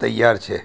તૈયાર છે